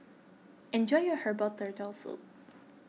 enjoy your Herbal Turtle Soup